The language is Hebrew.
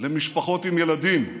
למשפחות עם ילדים.